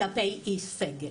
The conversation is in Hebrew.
כלפי איש סגל.